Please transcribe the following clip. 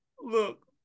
Look